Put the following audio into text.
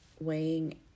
weighing